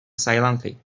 silently